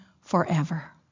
forever